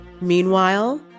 Meanwhile